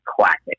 classic